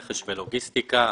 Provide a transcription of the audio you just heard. רכז ולוגיסטיקה.